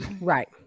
Right